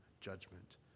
judgment